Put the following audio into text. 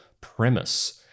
premise